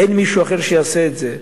אין מישהו אחר שיעשה את זה.